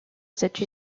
cette